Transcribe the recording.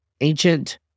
ancient